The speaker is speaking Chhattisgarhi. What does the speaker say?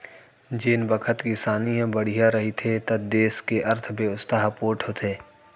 जेन बखत किसानी ह बड़िहा रहिथे त देस के अर्थबेवस्था ह पोठ होथे